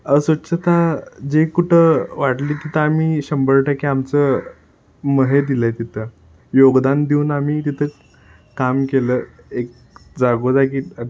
अस्वच्छता जे कुठं वाटली तिथं आम्ही शंभर टक्के आमचं म हे दिलं आहे तिथं योगदान देऊन आम्ही तिथं काम केलं एक जागोजागी